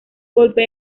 golpe